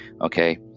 Okay